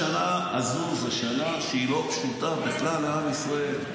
השנה הזו זו שנה שהיא לא פשוטה בכלל לעם ישראל.